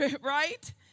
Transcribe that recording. Right